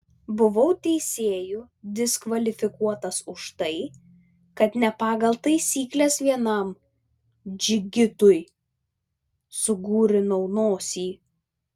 buvau teisėjų diskvalifikuotas už tai kad ne pagal taisykles vienam džigitui sugurinau nosį